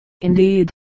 indeed